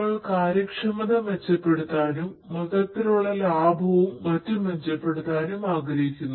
നമ്മൾ കാര്യക്ഷമത മെച്ചപ്പെടുത്താനും മൊത്തത്തിലുള്ള ലാഭവും മറ്റും മെച്ചപ്പെടുത്താനും ആഗ്രഹിക്കുന്നു